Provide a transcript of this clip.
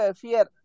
fear